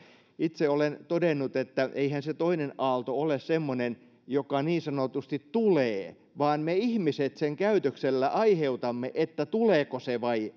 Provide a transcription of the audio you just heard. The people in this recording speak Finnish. itse olen todennut että eihän se toinen aalto ole semmoinen joka niin sanotusti tulee vaan me ihmiset sen käytöksellämme aiheutamme että tuleeko se vai